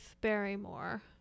barrymore